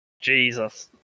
Jesus